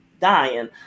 dying